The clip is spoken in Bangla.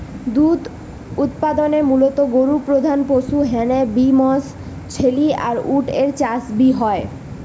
দুধ উতপাদনে মুলত গরু প্রধান পশু হ্যানে বি মশ, ছেলি আর উট এর চাষ বি হয়